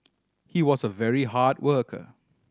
he was a very hard worker